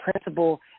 principle